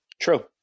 True